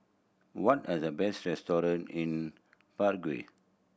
what are the best restaurant in Prague